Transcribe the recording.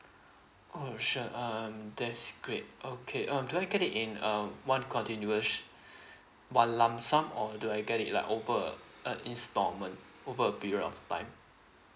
oh sure um that's great okay um do I get it in um one continuous one lump sum or do I get it like over uh installment over a period of time